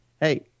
hey